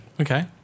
Okay